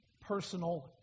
personal